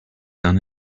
done